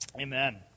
Amen